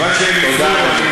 ממה אתה מפחד, תודה, אדוני.